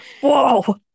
Whoa